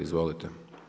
Izvolite.